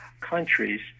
countries